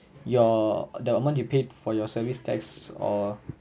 your the amount you paid for your service tax or